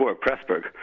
Pressburg